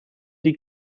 die